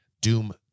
Doom